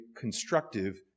constructive